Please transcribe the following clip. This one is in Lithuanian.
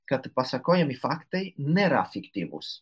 kad pasakojami faktai nėra fiktyvūs